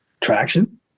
traction